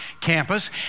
campus